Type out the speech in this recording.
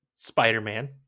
spider-man